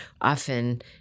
often